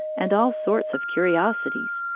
and all sorts of curiosities,